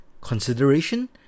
consideration